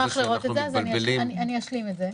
שאנחנו מתבלבלים בין דוכני הפיס לבין הטוטו.